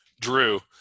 Drew